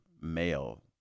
male